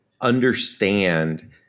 understand